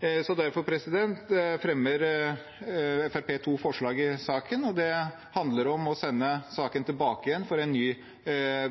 Derfor fremmer Fremskrittspartiet to forslag i saken. Det handler om å sende saken tilbake til en ny